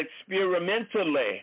experimentally